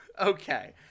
okay